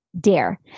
Dare